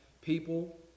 people